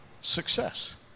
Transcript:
success